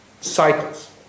cycles